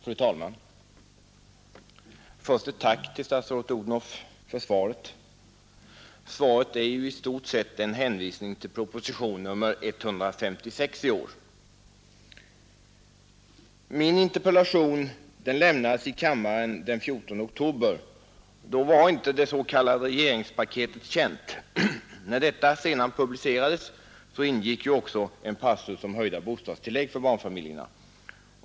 Fru talman! Först ett tack för svaret. Detta är ju i stort sett en hänvisning till proposition nr 156 i år. Min interpellation lämnades i kammaren den 14 oktober. Då var inte det s.k. regeringspaketet känt. När detta sedan publicerades innehöll det en passus om höjda bostadstillägg för barnfamiljerna.